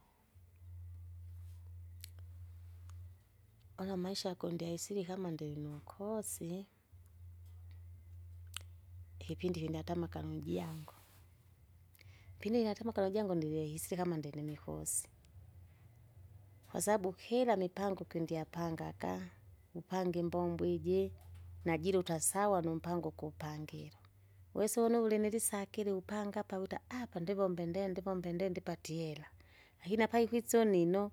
une amaisha kundyaisili kama ndinunkosi, ikipindi kingatama kama ujango pindi natama kalujangu ndive hisi kama ndinimikosi, kwasabu kila mipango kindiapangaka upange imbombo iji najiluta sawa numpango ukupangira wisiwe nuwuli nilisakile upanga apa wita apa! ndivombe nde ndivombe nde ndipatie ihela. Lakini apaikwisa unino,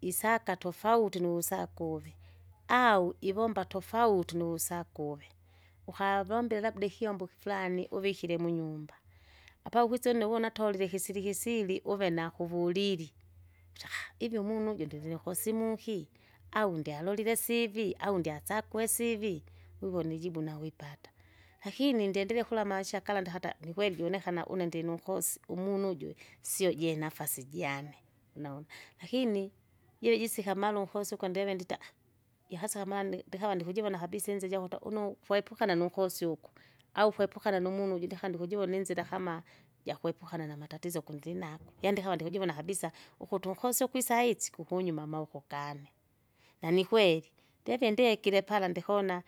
isaka tofauti nuwusakuwe au ivomba tofauti nuvusakuve, ukavomba ilabda ikyombo ikifurani uvikire munyumba, apagwise une uvuna atolile isisiri kisiri uve nakuvulili, ivi umunu uju ndirinukosi muki? au ndialolile sivi, au ndyasakwesi ivi wiwona ijibu ijibu nawipata, lakini ndyendila kula aisha kala ndihata nikweli junekana une ndinunkosi, umunu ujwi, sio jenafasi jame, unaona lakini jojisika amala unkosi ukwe ndive ndita. Yehasaka mande ndikawa ndikujivona kabisa inzi jakuta unu ukwepukana nunkosi ugu, au kwepukana numunu uju ndaka ndikujivona inzira kama, jakwepukana namatatizo kundrinagwe, yaani ndikawa ndikawa kujivona kabisa, ukuti unkosi ukwisaisi, kukunyuma maoko kane. Na nikweli, ndeve ndekire pala ndikona,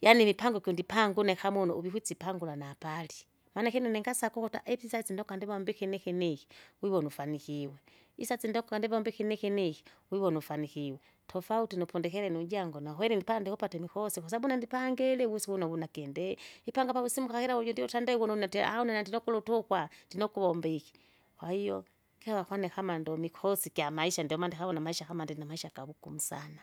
yaani imipango kundipanga une kama une kama une uvikwisi ipangula napali, maana ikyene ningasaka ukuta eti saizi nukwa ndivomba ikinikiniki, wiwona ufanikiwe, isaisi ndukwa ndivomba ikinikiniki, wiwona ufanikiwe, tofauti nupundekele nujangu, nakweli ndipa ndikupata imikosi kwasabu une ndipangili wese kuno wunakinde, ipanga pawusimuka ila uju ndiutandege une atia aaha! une nandile ukula utukwa, ndinokuvomba iki, kwahiyo kiwa kwane kama ndomikosi gyamaisha ndomana kawa namaisha kama ndinamaisha gavugumu sana.